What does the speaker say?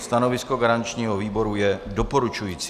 Stanovisko garančního výboru je doporučující.